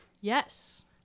Yes